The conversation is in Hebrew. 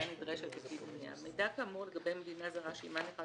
נדרשת לפי דיניה; מידע כאמור לגבי מדינה זרה שעמה נכרת